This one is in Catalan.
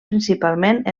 principalment